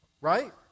Right